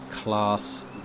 class